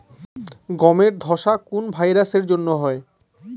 গমের ধসা রোগ কোন ভাইরাস এর জন্য হয়?